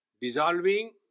dissolving